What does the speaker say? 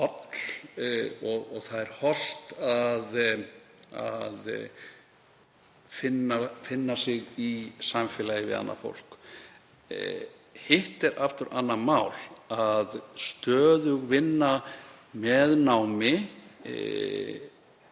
og það er hollt að finna sig í samfélagi við annað fólk. Hitt er aftur annað mál að stöðug vinna með námi